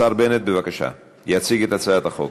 השר בנט, בבקשה, יציג את הצעת החוק.